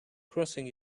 crossing